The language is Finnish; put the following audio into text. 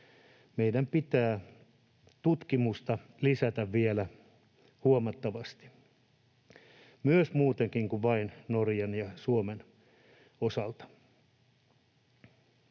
meidän pitää tutkimusta lisätä vielä huomattavasti, myös muutenkin kuin vain Norjan ja Suomen osalta.